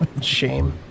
Shame